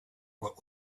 what